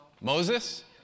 Moses